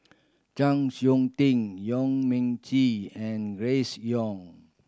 Chng Seok Tin Yong Men Chee and Grace Young